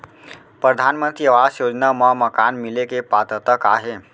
परधानमंतरी आवास योजना मा मकान मिले के पात्रता का हे?